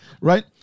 right